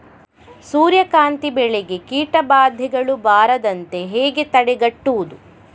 ಸೂರ್ಯಕಾಂತಿ ಬೆಳೆಗೆ ಕೀಟಬಾಧೆಗಳು ಬಾರದಂತೆ ಹೇಗೆ ತಡೆಗಟ್ಟುವುದು?